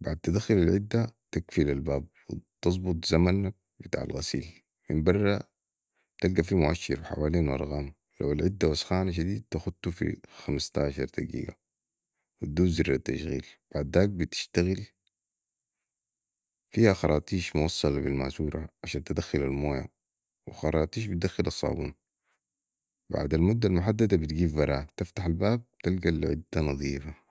بعد تدخل العده تقفل الباب وتظبت الزمنك بتاع الغسيل من بره بتلقي في مواشر وحوالينو ارقام لو العده وسخانه شديد تختوفي خمستاشر دقيقه وتدوس زرالتشغل بعداك بتشتغل فيها خراطيش موصلا بي الماسوره عشان تدخل المويه وخراطيش بدخل الصابون بعد المده الحددها بتقيف براها تفتح الباب تلقي العده نضيفه